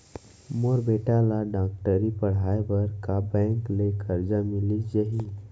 मोर बेटा ल डॉक्टरी पढ़ाये बर का बैंक ले करजा मिलिस जाही?